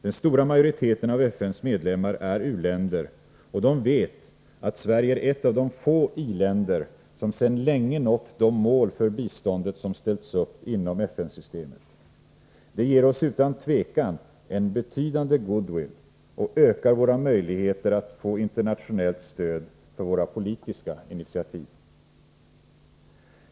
Den stora majoriteten av FN:s medlemmar är u-länder, och de vet att Sverige är ett av de få i-länder som sedan länge har nått de mål för biståndet som ställts upp inom FN-systemet. Det ger oss utan tvekan en betydande goodwill och ökar våra möjligheter att få internationellt stöd för våra politiska initiativ.